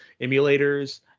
emulators